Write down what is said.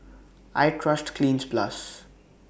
I Trust Cleanz Plus